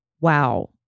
Wow